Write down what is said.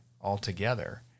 altogether